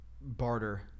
barter